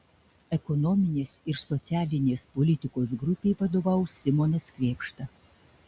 ekonominės ir socialinės politikos grupei vadovaus simonas krėpšta